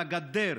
על הגדר,